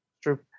True